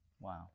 Wow